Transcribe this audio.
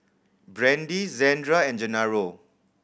Brandie Zandra and Gennaro